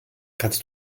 kannst